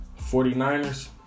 49ers